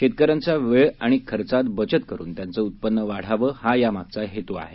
शेतकऱ्यांच्या वेळ आणि खर्चात बचत करून त्यांचं उत्पन्न वाढावं हा यामागचा हेतू आहे